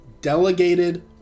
delegated